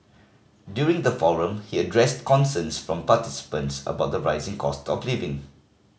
during the forum he addressed concerns from participants about the rising cost of living